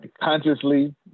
Consciously